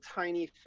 tiny